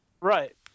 Right